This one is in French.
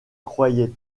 croyait